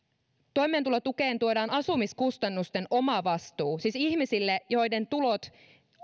toimeentulotukeen tuodaan asumiskustannusten omavastuu siis ihmisille joiden tulot